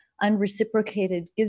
unreciprocated